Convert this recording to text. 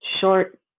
short